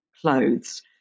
clothes